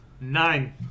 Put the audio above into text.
Nine